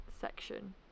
section